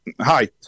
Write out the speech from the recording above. Hi